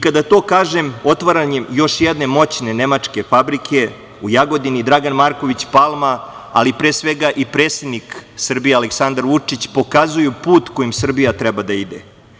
Kada to kažem, otvaranjem još jedne moćne nemačke fabrike u Jagodini Dragan Marković Palma, ali pre svega i predsednik Srbije Aleksandar Vučić, pokazuju put kojim Srbija treba da ide.